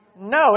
No